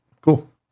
Cool